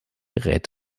rät